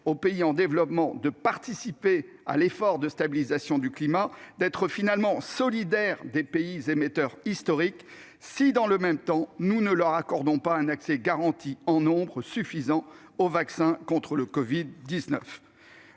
aux pays en développement de participer à l'effort de stabilisation du climat, d'être finalement solidaires des pays émetteurs historiques, si, dans le même temps, nous ne leur accordons pas un accès garanti en nombre suffisant aux vaccins contre le covid-19.